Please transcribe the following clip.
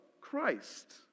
Christ